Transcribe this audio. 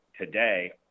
today